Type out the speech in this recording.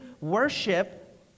worship